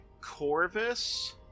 Corvus